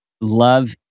love